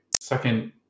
second